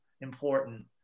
important